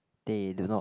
they do not